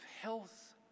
health